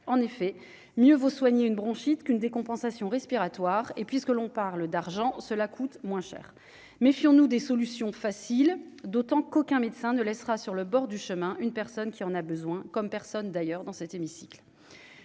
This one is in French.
en effet, mieux vaut soigner une bronchite qu'une décompensation respiratoire et puis ce que l'on parle d'argent, cela coûte moins cher, méfions-nous des solutions faciles, d'autant qu'aucun médecin ne laissera sur le bord du chemin une personne qui en a besoin, comme personne d'ailleurs dans cet hémicycle,